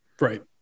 right